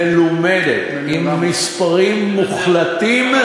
המלומדת, עם מספרים מוחלטים,